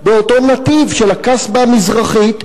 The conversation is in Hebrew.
באותו נתיב של הקסבה המזרחית,